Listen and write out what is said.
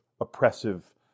oppressive